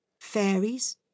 Fairies